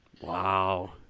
Wow